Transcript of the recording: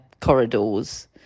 corridors